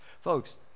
folks